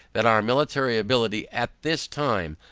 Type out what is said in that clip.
that our military ability at this time,